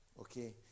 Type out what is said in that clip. Okay